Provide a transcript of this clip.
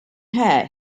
hair